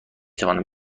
توانم